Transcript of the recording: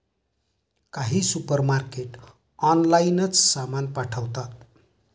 काही सुपरमार्केट ऑनलाइनच सामान पाठवतात